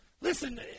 Listen